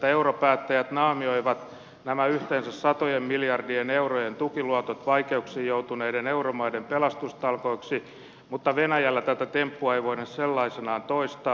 europäättäjät naamioivat nämä yhteensä satojen miljardien eurojen tukiluotot vaikeuksiin joutuneiden euromaiden pelastustalkoiksi mutta venäjällä tätä temppua ei voine sellaisenaan toistaa